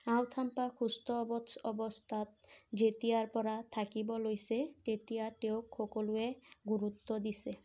আও থাম্পা সুস্থ অৱস্থাত যেতিয়াৰ পৰা থাকিব লৈছে তেতিয়া তেওঁক সকলোৱে গুৰুত্ব দিছে